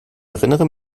erinnere